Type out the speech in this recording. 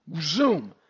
zoom